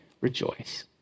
rejoice